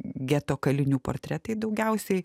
geto kalinių portretai daugiausiai